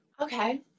okay